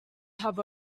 have